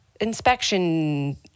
inspection